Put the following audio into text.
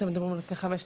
אתם מדברים על 5,500,